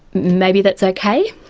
maybe that's okay.